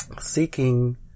seeking